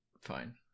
fine